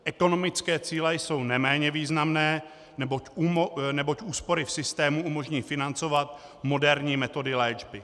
Ekonomické cíle jsou neméně významné, neboť úspory v systému umožní financovat moderní metody léčby.